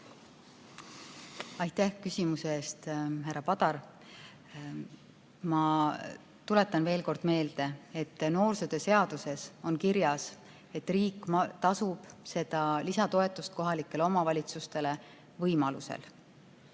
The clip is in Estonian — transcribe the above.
Aitäh küsimuse eest, härra Padar! Ma tuletan veel kord meelde, et noorsootöö seaduses on kirjas, et riik maksab seda lisatoetust kohalikele omavalitsustele võimaluse